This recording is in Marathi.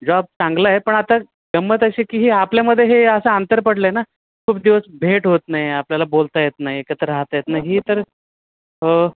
जॉब चांगलं आहे पण आता गम्मत अशी आहे की हे आपल्यामध्ये हे असं अंतर पडलं आहे ना खूप दिवस भेट होत नाही आपल्याला बोलता येत नाही एकत्र राहता येत नाही तर हो